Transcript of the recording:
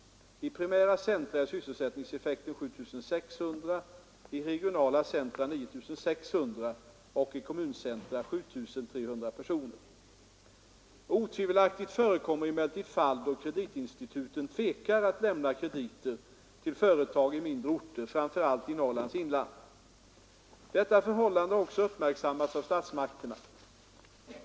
I primära centra är sysselsättningseffekten 7 600, i regionala centra 9 600 och i kommuncentra 7 300 personer. Otvivelaktigt förekommer emellertid fall då kreditinstituten tvekar att lämna krediter till företag i mindre orter, framför allt i Norrlands inland. Detta förhållande har också uppmärksammats av statsmakterna.